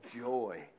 joy